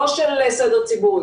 לא של סדר ציבורי.